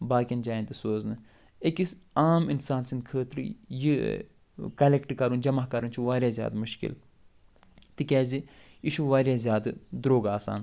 باقین جاین تہِ سوزنہٕ أکِس عام اِنسان سٕنٛدۍ خٲطرٕ یہِ کلٮ۪کٹ کَرُن جمع کَرُن چھُ وارِیاہ زیادٕ مُشکِل تِکیٛازِ یہِ چھُ وارِیاہ زیادٕ درٛوٚگ آسان